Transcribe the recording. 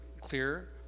clear